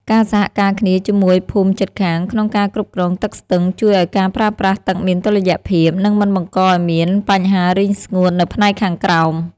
ការសហការគ្នាជាមួយភូមិជិតខាងក្នុងការគ្រប់គ្រងទឹកស្ទឹងជួយឱ្យការប្រើប្រាស់ទឹកមានតុល្យភាព និងមិនបង្កឱ្យមានបញ្ហារីងស្ងួតនៅផ្នែកខាងក្រោម។